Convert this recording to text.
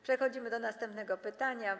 Przechodzimy do następnego pytania.